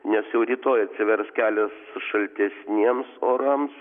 nes jau rytoj atsivers kelias šaltesniems orams